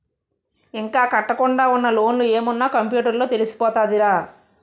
ఇంకా కట్టకుండా ఉన్న లోన్లు ఏమున్న కంప్యూటర్ లో తెలిసిపోతదిరా